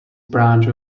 branch